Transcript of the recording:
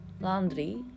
laundry